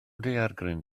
daeargryn